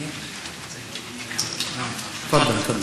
תפאדל, תפאדל.